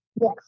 Yes